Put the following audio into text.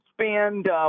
spend –